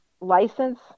license